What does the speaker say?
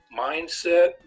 mindset